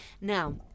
Now